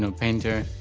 so painter,